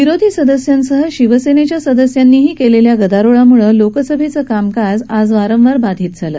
विरोधी सदस्यांसह शिवसेनेच्या सदस्यांनी केलेल्या गदारोळामुळे लोकसभेचं कामकाज आज वारंवार बाधित झालं